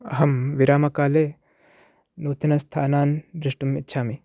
अहं विरामकाले नूतनस्थानान् द्रष्टुम् इच्छामि